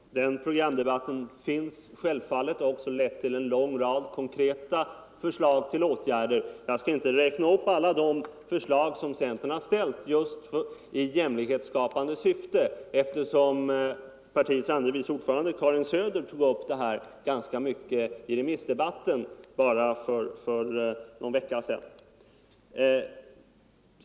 Fru talman! Den programdebatten har vi fört, och den har också lett till en lång rad konkreta förslag på åtgärder. Jag skall här inte räkna upp alla förslag som centern har lagt fram just i jämlikhetsskapande syfte, eftersom partiets andre vice ordförande fru Söder ganska ingående behandlade den frågan i den allmänpolitiska debatten för någon vecka sedan.